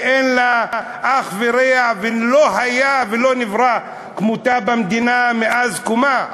שאין לה אח ורע ולא היה ולא נברא כמותה במדינה מאז קומה?